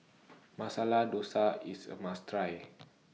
Masala Dosa IS A must Try